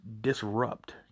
disrupt